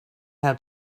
how